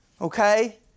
Okay